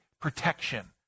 protection